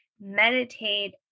meditate